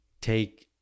take